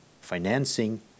financing